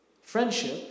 friendship